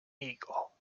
eagle